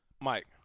Mike